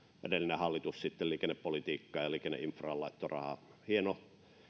edellinen hallitus liikennepolitiikkaan ja liikenneinfraan laittoi rahaa hieno